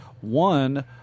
one